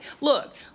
Look